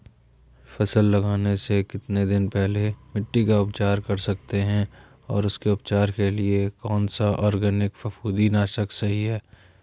फसल लगाने से कितने दिन पहले मिट्टी का उपचार कर सकते हैं और उसके उपचार के लिए कौन सा ऑर्गैनिक फफूंदी नाशक सही है?